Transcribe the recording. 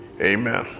Amen